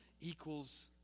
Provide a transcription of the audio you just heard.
equals